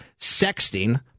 sexting